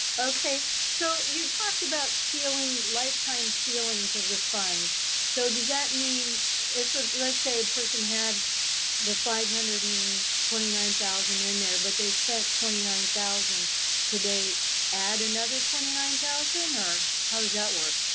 okay so you talked about sealing lifetime ceilings of the funds so does that mean if ah let's say a person had the five hundred and twenty nine thousand in there but they spent twenty nine thousand could they add another twenty nine thousand or how does that work?